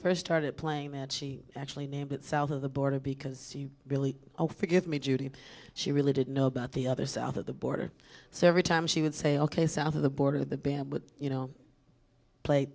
first started playing and she actually named it south of the border because you really are forgive me judy she really didn't know about the other south of the border so every time she would say ok south of the border the band would you know play